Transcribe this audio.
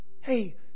Hey